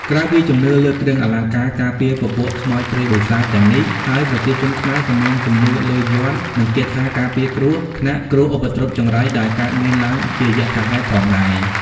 ក្រៅពីជំនឿលើគ្រឿងអលង្ការការពារពពួកខ្មោចព្រាយបិសាចទាំងនេះហើយប្រជាជនខ្មែរក៏មានជំនឿលើយ័ន្តនិងគាថាការពារគ្រោះថ្នាក់គ្រោះឧបទ្រុបចង្រៃដែលកើតមានឡើងជាយថាហេតុផងដែរ